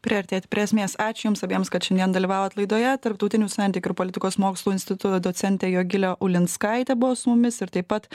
priartėjot prie esmės ačiū jums abiems kad šiandien dalyvavot laidoje tarptautinių santykių ir politikos mokslų instituto docentė jogilė ulinskaitė buvo su mumis ir taip pat